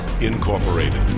Incorporated